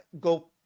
go